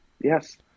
Yes